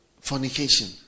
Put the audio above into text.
fornication